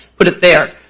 put it there,